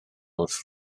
wrth